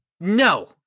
No